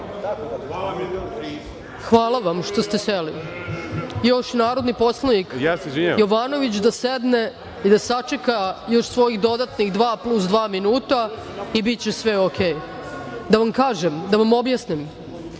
Hvala vam što ste seli. Još narodni poslanik Jovanović da sedne i da sačeka još svojih dodatnih dva plus dva minuta i biće sve okej. Da vam kažem, da vam objasnim,